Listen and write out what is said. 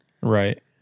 Right